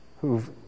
who've